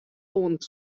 oant